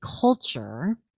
culture